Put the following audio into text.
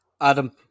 Adam